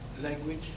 language